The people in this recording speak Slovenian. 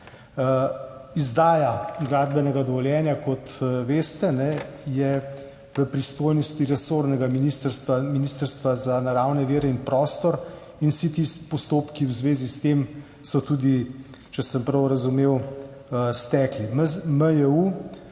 Izdaja gradbenega dovoljenja je, kot veste, v pristojnosti resornega ministrstva, Ministrstva za naravne vire in prostor, in vsi ti postopki v zvezi s tem so tudi, če sem prav razumel, stekli.